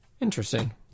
Interesting